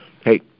Hey